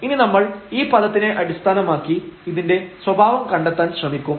ഇനി നമ്മൾ ഈ പദത്തിനെ അടിസ്ഥാനമാക്കി ഇതിന്റെ സ്വഭാവം കണ്ടെത്താൻ ശ്രമിക്കും